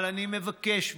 אבל אני מבקש מכם: